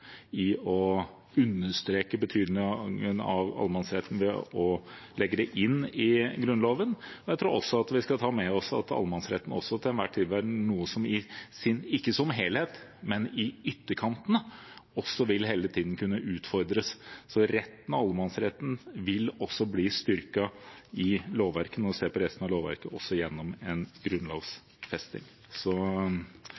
i å understreke betydningen av allemannsretten ved å legge det inn i Grunnloven. Jeg tror også vi skal ta med oss at allemannsretten til enhver tid vil være noe som – ikke som helhet, men i ytterkantene – hele tiden vil kunne utfordres. Allemannsretten vil også bli styrket i resten av lovverket